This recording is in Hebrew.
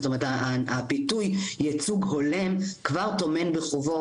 זאת אומרת הביטוי ייצוג הולם כבר טומן בחובו